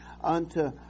unto